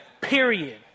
Period